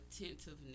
attentiveness